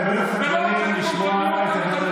אתם בטח סקרנים לשמוע את עמדת הממשלה.